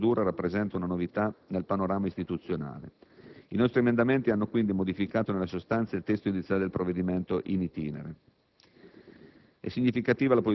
In ogni caso, tale procedura rappresenta una novità nel panorama istituzionale. I nostri emendamenti hanno, quindi, modificato nella sostanza il testo iniziale del provvedimento *in itinere*.